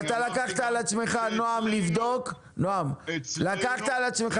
אבל נועם, אתה לקחת על עצמך